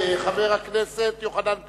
חבר הכנסת יוחנן פלסנר,